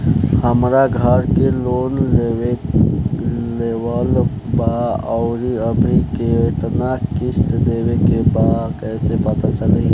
हमरा घर के लोन लेवल बा आउर अभी केतना किश्त देवे के बा कैसे पता चली?